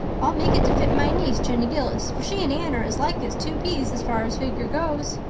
i'll make it to fit my niece, jenny gillis, for she and anne are as like as two peas as far as figure goes.